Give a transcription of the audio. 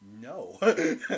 no